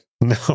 No